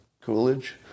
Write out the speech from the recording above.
Coolidge